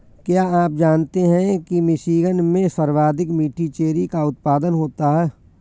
क्या आप जानते हैं कि मिशिगन में सर्वाधिक मीठी चेरी का उत्पादन होता है?